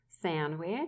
sandwich